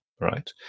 right